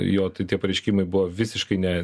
jo ti tie pareiškimai buvo visiškai ne